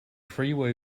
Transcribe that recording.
freeway